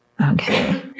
Okay